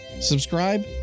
Subscribe